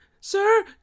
Sir